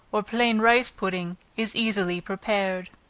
or plain rice pudding, is easily prepared.